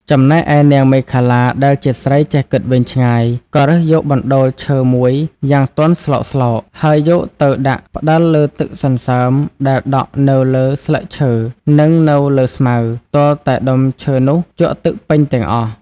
ចំណែកឯនាងមេខលា ដែលជាស្រីចេះគិតវែងឆ្ងាយក៏រើសយកបណ្តូលឈើមួយយ៉ាងទន់ស្លោកៗ ហើយយកទៅដាក់ផ្ដិលលើទឹកសន្សើមដែលដក់នៅលើស្លឹកឈើ នឹងនៅលើស្មៅ ទាល់តែដុំឈើនោះជក់ទឹកពេញទាំងអស់។